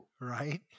right